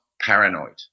paranoid